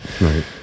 right